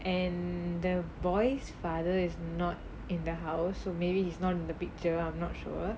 and the boy's father is not in the house so maybe he's not in the picture I'm not sure